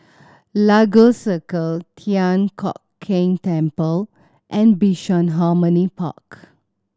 Lagos Circle Thian Hock Keng Temple and Bishan Harmony Park